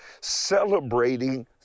celebrating